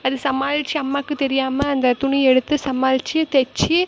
அது சமாளிச்சு அம்மாக்கு தெரியாமல் அந்த துணி எடுத்து சமாளித்து தைச்சி